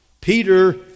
Peter